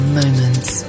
moments